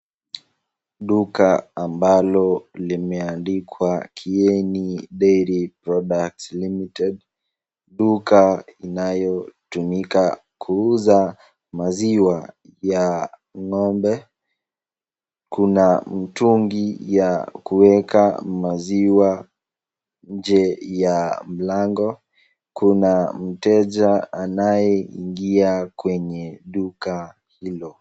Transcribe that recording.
Duka ambalo limeandikwa kieni dairy products limited duka linalo tumika kuuza maziwa ya ng'ombe, kuna mtungi ya kuweka maziwa nje ya mlango ,Kuna mteja anae ingia kwenye duka hilo.